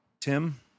Tim